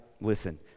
listen